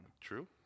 True